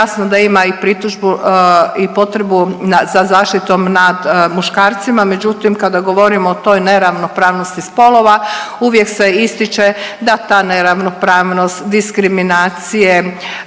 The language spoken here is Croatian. Jasno da ima i pritužbu i potrebu za zaštitom nad muškarcima, međutim kada govorimo o toj neravnopravnosti spolova uvijek se ističe da ta neravnopravnost, diskriminacije,